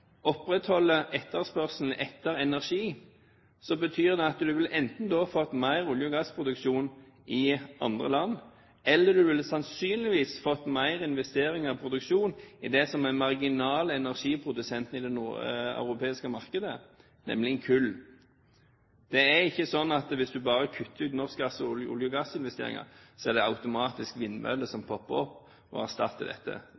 etterspørselen etter energi opprettholdes, betyr det at man enten ville fått mer olje- og gassproduksjon i andre land, eller sannsynligvis mer investering i produksjon av det som er den marginale energiprodusenten i det nordeuropeiske markedet, nemlig kull. Det er ikke sånn at hvis man bare kutter ut norske olje- og gassinvesteringer, popper det automatisk opp vindmøller som erstatter dette.